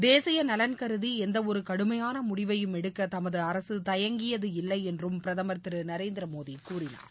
தேசிய நலன் கருதி எந்த ஒரு கடுமையான முடிவை எடுக்க தமது அரசு தயங்கியது இல்லை என்றும் பிரதமர் திரு நரேந்திரமோடி கூறினார்